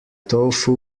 tofu